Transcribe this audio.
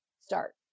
start